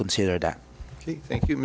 consider that thank you